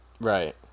Right